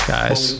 Guys